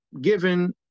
given